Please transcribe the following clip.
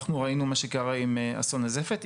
אנחנו ראינו מה שקרה עם אסון הזפת.